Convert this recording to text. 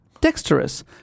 dexterous